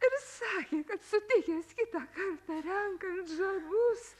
ir sakė kad sutikęs kitą kartą renkant žabus